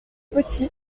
petit